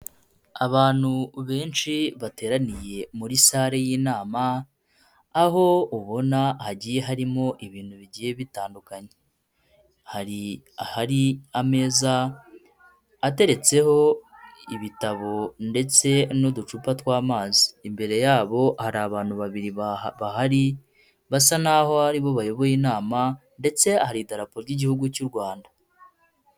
Abantu benshi bateraniye muri sare y'inama, aho ubona hagiye harimo ibintu bigiye bitandukanye. Hari ahari ameza ateretseho ibitabo ndetse n'uducupa tw'amazi. Imbere yabo hari abantu babiri bahari, basa n'aho ari bo bayoboye inama ndetse hari idarapo ry'igihugu cy'u Rwanda.